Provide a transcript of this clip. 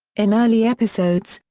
in early episodes,